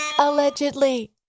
Allegedly